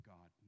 God